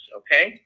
okay